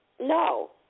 no